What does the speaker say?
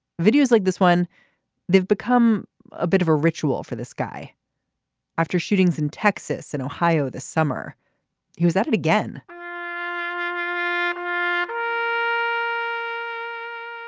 videos like this one they've become a bit of a ritual for this guy after shootings in texas and ohio this summer he was at it again ah what a